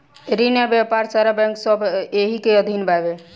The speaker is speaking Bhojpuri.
रिन आ व्यापार सारा बैंक सब एही के अधीन बावे